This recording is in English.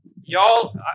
y'all